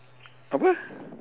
apa